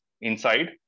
inside